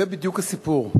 זה בדיוק הסיפור.